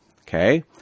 okay